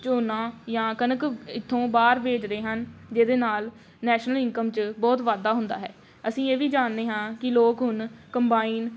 ਝੋਨਾ ਜਾਂ ਕਣਕ ਇੱਥੋਂ ਬਾਹਰ ਵੇਚਦੇ ਹਨ ਜਿਹਦੇ ਨਾਲ ਨੈਸ਼ਨਲ ਇਨਕਮ 'ਚ ਬਹੁਤ ਵਾਧਾ ਹੁੰਦਾ ਹੈ ਅਸੀਂ ਇਹ ਵੀ ਜਾਣਦੇ ਹਾਂ ਕਿ ਲੋਕ ਹੁਣ ਕੰਬਾਈਨ